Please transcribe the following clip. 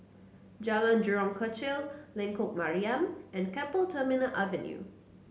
Jalan Jurong Kechil Lengkok Mariam and Keppel Terminal Avenue